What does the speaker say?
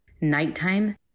Nighttime